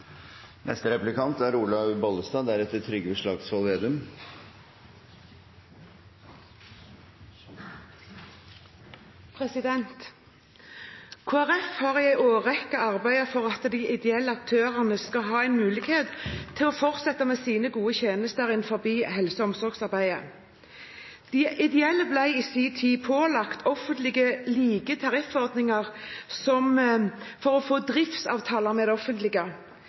har i en årrekke arbeidet for at de ideelle aktørene skal ha en mulighet til å fortsette med sine gode tjenester innenfor helse- og omsorgsarbeidet. De ideelle ble i sin tid pålagt offentlige like tariffordninger for å få driftsavtaler med det offentlige.